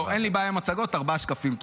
לא, אין לי בעיה עם מצגות ארבעה שקפים total,